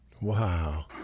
Wow